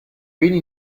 beni